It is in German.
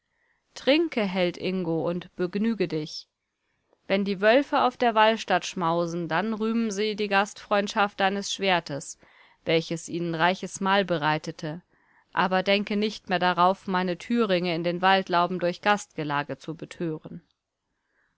trinke held ingo und begnüge dich wenn die wölfe auf der walstatt schmausen dann rühmen sie die gastfreundschaft deines schwertes welches ihnen reiches mahl bereitete aber denke nicht mehr darauf meine thüringe in den waldlauben durch gastgelage zu betören